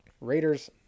Raiders